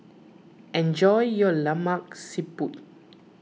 enjoy your Lemak Siput